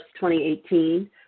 2018